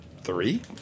Three